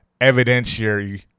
evidentiary